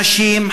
נשים,